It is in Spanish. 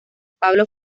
pablo